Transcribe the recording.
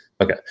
Okay